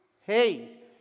Hey